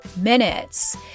minutes